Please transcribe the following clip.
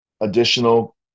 additional